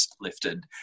lifted